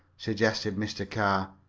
suggested mr. carr.